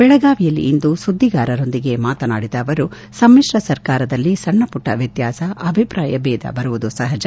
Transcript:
ಬೆಳಗಾವಿಯಲ್ಲಿಂದು ಸುದ್ದಿಗಾರರೊಂದಿಗೆ ಮಾತನಾಡಿದ ಅವರು ಸಮಿಶ್ರ ಸರ್ಕಾರದಲ್ಲಿ ಸಣ್ಣ ಪುಟ್ಟ ವ್ಯತ್ಯಾಸ ಅಭಿಪ್ರಾಯ ಭೇದ ಬರುವುದು ಸಹಜ